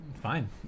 Fine